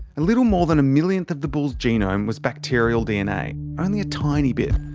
a little more than a millionth of the bull's genome was bacterial dna only a tiny bit,